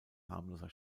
harmloser